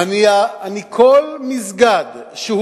כולל המסגד בקיסריה, אדוני?